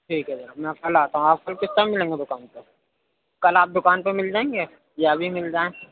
ٹھیک ہے جناب میں کل آتا ہوں آپ کل کس ٹائم ملیں گے دُکان پر کل آپ دُکان پہ مِل جائیں گے یا ابھی مِل جائیں